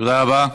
תודה רבה.